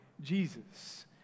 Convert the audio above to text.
Jesus